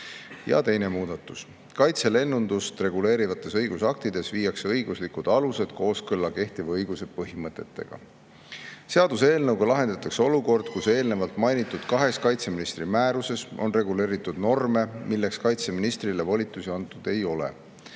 muudatus. Kaitselennundust reguleerivates õigusaktides viiakse õiguslikud alused kooskõlla kehtiva õiguse põhimõtetega. Seaduseelnõuga lahendatakse olukord, kus eelnevalt mainitud kahes kaitseministri määruses on reguleeritud norme, milleks kaitseministrile volitusi antud ei ole.